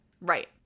right